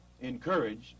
encouraged